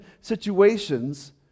situations